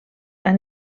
han